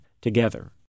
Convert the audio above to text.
together